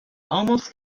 almost